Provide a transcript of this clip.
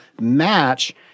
match